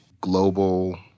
global